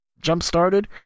jump-started